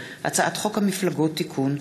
הצעת חוק להחלפת המונח מפגר (תיקוני חקיקה),